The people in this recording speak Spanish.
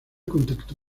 contacto